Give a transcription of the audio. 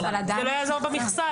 זה לא יעזור במכסה,